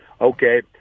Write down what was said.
Okay